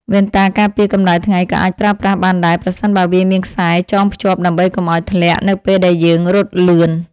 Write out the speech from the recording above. វ៉ែនតាការពារកម្តៅថ្ងៃក៏អាចប្រើប្រាស់បានដែរប្រសិនបើវាមានខ្សែចងភ្ជាប់ដើម្បីកុំឱ្យធ្លាក់នៅពេលដែលយើងរត់លឿន។